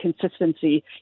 consistency